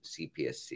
CPSC